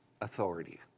authority